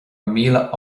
míle